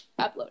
upload